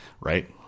right